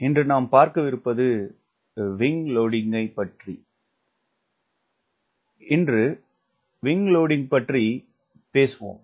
இன்று wing loading பற்றிப் பேசுவோம்